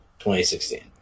2016